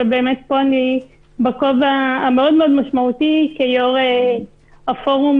אבל פה אני בכובע המאוד משמעותי כיו"ר הפורום